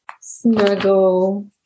Snuggle